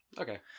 Okay